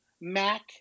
Mac